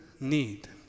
need